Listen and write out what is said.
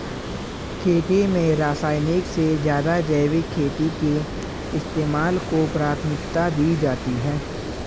खेती में रासायनिक से ज़्यादा जैविक खेती के इस्तेमाल को प्राथमिकता दी जाती है